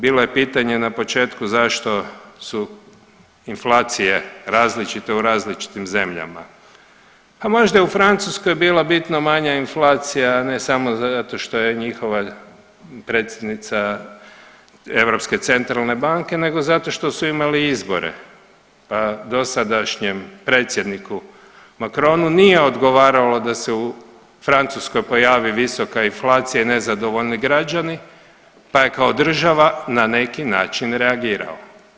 Bilo je pitanje na početku zašto su inflacije različite u različitim zemljama, a možda je u Francuskoj bila bitno manja inflacija ne samo zato što je njihova predsjednica Europske centralne banke nego zato što su imali izbore pa dosadašnjem predsjedniku Macronu nije odgovaralo da se u Francuskoj pojavi visoka inflacija i nezadovoljni građani pa je kao država na neki način reagirala.